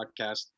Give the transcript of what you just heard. podcast